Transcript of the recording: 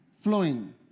flowing